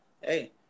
hey